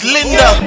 Linda